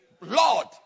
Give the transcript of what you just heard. Lord